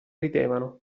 ridevano